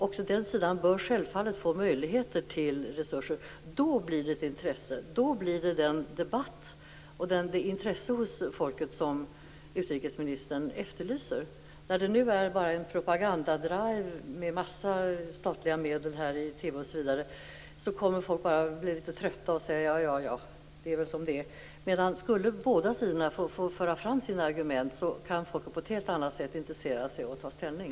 Också den sidan bör självfallet få möjligheter till resurser. Då blir det ett intresse, då blir det den debatt och det intresse hos folket som utrikesministern efterlyser. När det nu bara är en propagandadrive med en massa statliga medel, kommer folk att bli trötta och säga: Ja, ja, det är väl som det är. Kan båda sidorna få föra fram sina argument, då kan folket på ett helt annat sätt intressera sig och ta ställning.